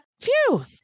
Phew